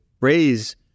raise